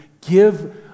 give